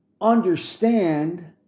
understand